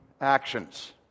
actions